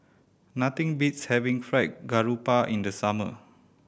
nothing beats having Fried Garoupa in the summer